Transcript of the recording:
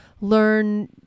learn